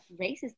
racist